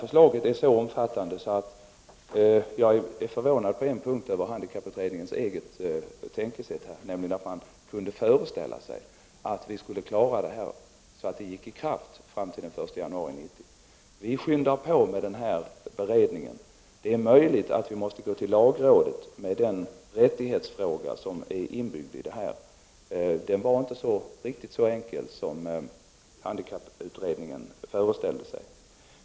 Förslaget är så omfattande att jag på en punkt är förvånad över handikapputredningens eget tänkesätt, nämligen hur man kunde föreställa sig att vi skulle klara detta så att det gick i kraft fram till den 1 januari 1990. Vi skyndar på. Det är möjligt att vi måste gå till lagrådet med den rättighetsfråga som är inbyggd — den var nämligen inte riktigt så enkel som handikapputredningen föreställt sig.